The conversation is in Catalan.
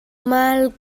mal